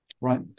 right